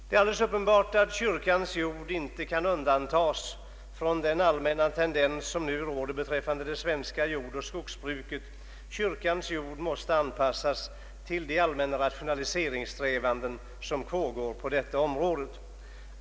Det är alldeles uppenbart att kyrkans jord inte kan undantas från den allmänna tendens som nu råder beträffande det svenska jordoch skogsbruket. Kyrkans jord måste anpassas till de allmänna strävandena på detta område.